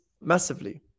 massively